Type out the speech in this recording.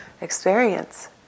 experience